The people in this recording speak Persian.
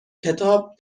کتاب